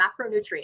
Macronutrients